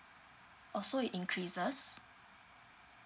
oh so it increases